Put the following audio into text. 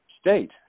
state